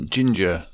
Ginger